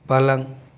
पलंग